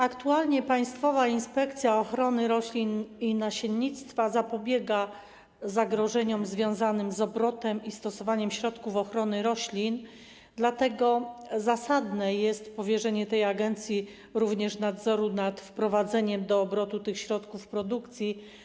Aktualnie Państwowa Inspekcja Ochrony Roślin i Nasiennictwa zapobiega zagrożeniom związanym z obrotem i stosowaniem środków ochrony roślin, dlatego zasadne jest powierzenie tej agencji również nadzoru nad wprowadzaniem do obrotu tych środków produkcji.